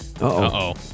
Uh-oh